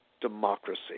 Democracy